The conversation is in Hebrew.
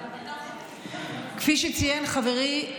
כפי שציין חברי,